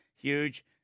Huge